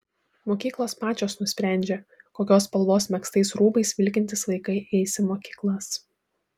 mokyklos pačios nusprendžia kokios spalvos megztais rūbais vilkintys vaikai eis į mokyklas